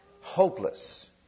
hopeless